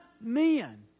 men